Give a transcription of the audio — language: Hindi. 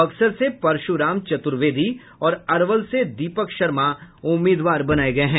बक्सर से परशुराम चतुर्वेदी और अरवल से दीपक शर्मा उम्मीदवार बनाये गये हैं